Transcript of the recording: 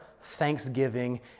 thanksgiving